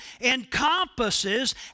encompasses